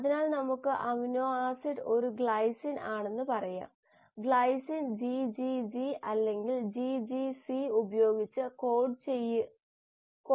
അതിനാൽ നമുക്ക് amino acid ഒരു ഗ്ലൈസിൻ ആണെന്ന് പറയാം ഗ്ലൈസിൻ GGG അല്ലെങ്കിൽ GGC ഉപയോഗിച്ച് കോഡ് ചെയ്യാം